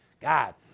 God